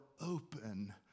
open